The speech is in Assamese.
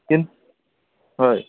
হয়